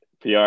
PR